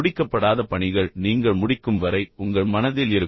முடிக்கப்படாத பணிகள் நீங்கள் முடிக்கும் வரை உங்கள் மனதில் இருக்கும்